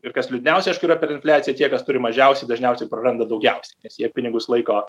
ir kas liūdniausia aišku yra per infliaciją tie kas turi mažiausiai dažniausiai praranda daugiausiai nes jie pinigus laiko